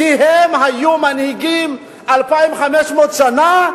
כי הם היו מנהיגים 2,500 שנה,